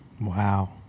Wow